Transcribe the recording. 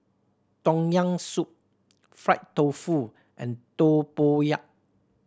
Tom Yam Soup fried tofu and tempoyak